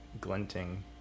glinting